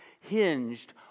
hinged